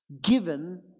given